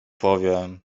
powie